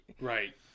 Right